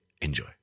Enjoy